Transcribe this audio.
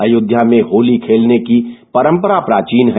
अयोध्या में होली खेलने की परम्परा प्राचीन है